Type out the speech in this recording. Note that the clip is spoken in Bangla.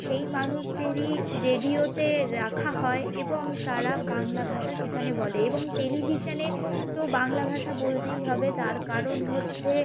সেই মানুষদেরই রেডিওতে রাখা হয় এবং তারা বাংলা ভাষা সেখানে বলে এবং টেলিভিশানে তো বাংলা ভাষা বলতেই হবে তার কারণ হচ্ছে